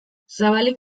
zabalik